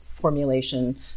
formulation